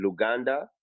Luganda